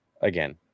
again